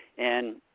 and